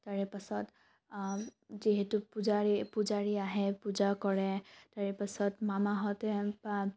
তাৰে পাছত যিহেতু পূজাৰ পূজাৰী আহে পূজা কৰে তাৰে পিছত মামাহঁতে বা